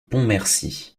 pontmercy